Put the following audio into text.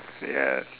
ya